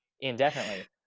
indefinitely